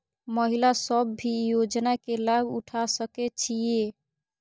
महिला सब भी योजना के लाभ उठा सके छिईय?